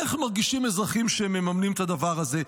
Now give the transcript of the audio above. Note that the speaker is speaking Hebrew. איך מרגישים אזרחים שמממנים את הדבר הזה,